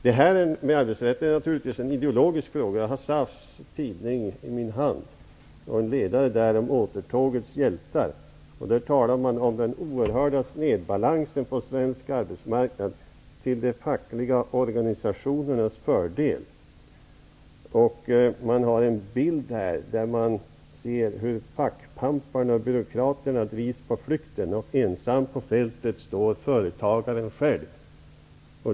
Detta med arbetsrätten är naturligtvis en ideologisk fråga. Jag har SAF:s tidning i min hand. Det finns en ledare där om återtågets hjältar. Där talar man om den oerhörda snedbalansen på svensk arbetsmarknad till de fackliga organisationernas fördel. Man har en bild där man ser hur fackpamparna och byråkraterna drivs på flykten. Ensam på fältet står företagaren själv.